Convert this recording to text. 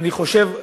אני חושב,